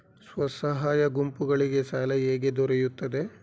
ಸ್ವಸಹಾಯ ಗುಂಪುಗಳಿಗೆ ಸಾಲ ಹೇಗೆ ದೊರೆಯುತ್ತದೆ?